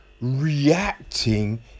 reacting